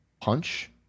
Punch